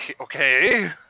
Okay